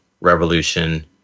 revolution